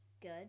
Good